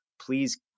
please